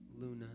Luna